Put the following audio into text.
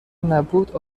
نبود